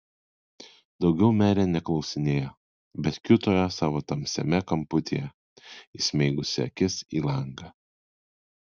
daugiau merė neklausinėjo bet kiūtojo savo tamsiame kamputyje įsmeigusi akis į langą